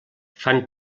fan